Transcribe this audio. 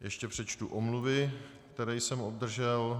Ještě přečtu omluvy, které jsem obdržel.